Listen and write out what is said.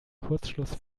kurzschluss